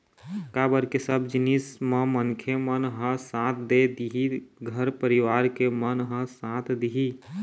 काबर के सब जिनिस म मनखे मन ह साथ दे दिही घर परिवार के मन ह साथ दिही